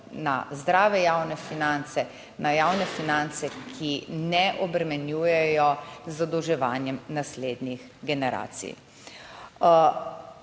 na zdrave javne finance, na javne finance, ki ne obremenjujejo z zadolževanjem naslednjih generacij.